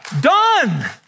done